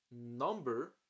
number